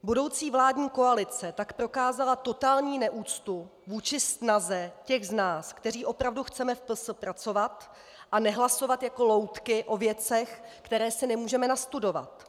Budoucí vládní koalice tak prokázala totální neúctu vůči snaze těch z nás, kteří opravdu chceme v PS pracovat a nehlasovat jako loutky o věcech, které si nemůžeme nastudovat.